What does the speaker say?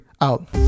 out